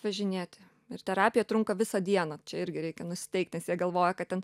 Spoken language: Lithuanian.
važinėti ir terapija trunka visą dieną čia irgi reikia nusiteikt nes jie galvoja kad ten